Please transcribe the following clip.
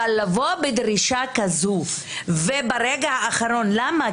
אבל לבוא בדרישה כזו ברגע האחרון, למה?